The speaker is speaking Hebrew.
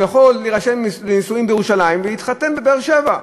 הוא יכול להירשם לנישואין בירושלים ולהתחתן בבאר-שבע.